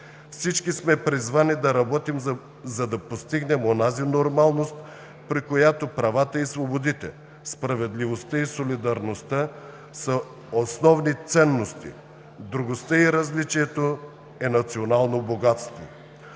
Всички сме призвани да работим, за да постигнем онази нормалност, при която правата и свободите, справедливостта и солидарността са основни ценности, другостта и различието е национално богатство.